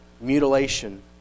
mutilation